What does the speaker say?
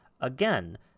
again